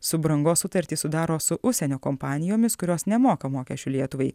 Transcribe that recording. subrangos sutartį sudaro su užsienio kompanijomis kurios nemoka mokesčių lietuvai